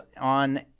on